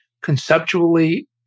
conceptually